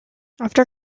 after